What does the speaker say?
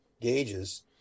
gauges